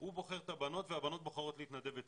הוא בוחר את הבנות והבנות בוחרות להתנדב אצלו.